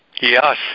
Yes